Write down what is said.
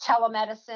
Telemedicine